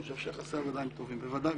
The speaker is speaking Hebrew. אני חושב שיחסי העבודה הם טובים אבל